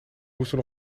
moesten